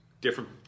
Different